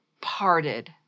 parted